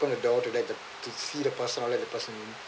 open the door to let the p~ to see the person or let the person